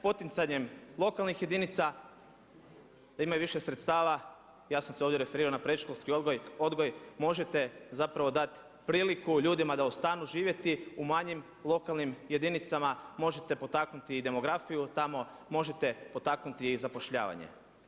Poticanjem lokalnih jedinica da imaju više sredstava, ja sam se ovdje referirao na predškolski odgoj, možete zapravo dati priliku ljudima da ostanu živjeti u manjim lokalnim jedinicama, možete potaknuti i demografiju tamo, možete potaknuti i zapošljavanje.